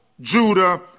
Judah